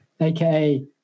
aka